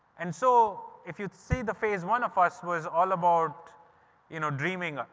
and so if you see the phase one of us was all about you know dreaming,